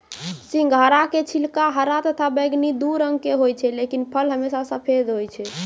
सिंघाड़ा के छिलका हरा तथा बैगनी दू रंग के होय छै लेकिन फल हमेशा सफेद होय छै